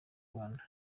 rwanda